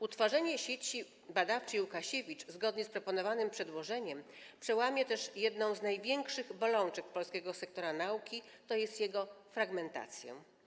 Utworzenie Sieci Badawczej Łukasiewicz zgodnie z proponowanym przedłożeniem przełamie też jedną z największych bolączek polskiego sektora nauki, tj. jego fragmentację.